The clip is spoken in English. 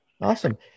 Awesome